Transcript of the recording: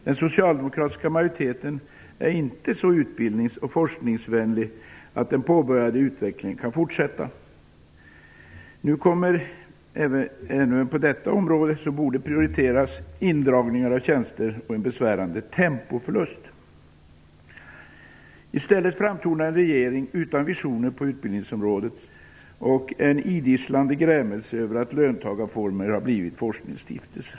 Den socialdemokratiska majoriteten är inte så utbildnings och forskningsvänlig att den påbörjade utvecklingen kan fortsätta. Nu kommer även på detta område - som borde prioriteras - indragning av tjänster och en besvärande tempoförlust. I stället framtonar en regering utan visioner på utbildningsområdet och en idisslande grämelse över att löntagarfonder har blivit forskningsstiftelser.